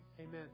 Amen